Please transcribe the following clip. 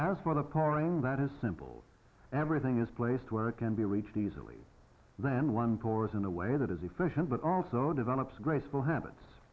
as for the pouring that is simple everything is placed where it can be reached easily than one pours in a way that is efficient but also develops graceful habits